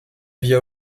via